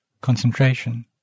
concentration